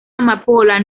amapola